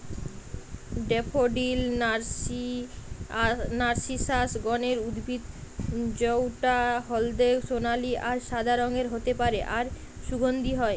daffodil narcissus গণের উদ্ভিদ জউটা হলদে সোনালী আর সাদা রঙের হতে পারে আর সুগন্ধি হয়